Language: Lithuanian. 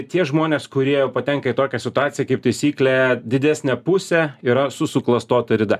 tie žmonės kurie jau patenka į tokią situaciją kaip taisyklė didesnė pusė yra su suklastota rida